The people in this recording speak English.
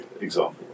example